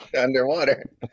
Underwater